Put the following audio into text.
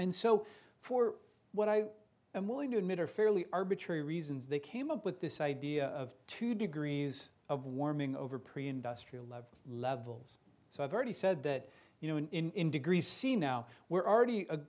and so for what i am willing to admit are fairly arbitrary reasons they came up with this idea of two degrees of warming over pre industrial love levels so i've already said that you know in india greasy now we're already